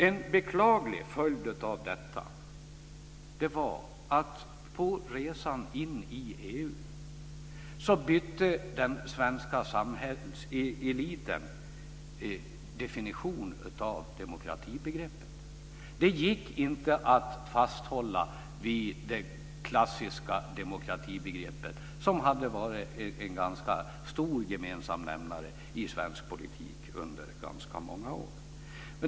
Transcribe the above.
En beklaglig följd av detta var att på resan in i EU bytte den svenska samhällseliten definition av demokratibegreppet. Det gick inte att hålla fast vid det klassiska demokratibegreppet som hade varit en stor gemensam nämnare i svensk politik i ganska många år.